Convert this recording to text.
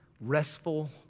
restful